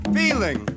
feeling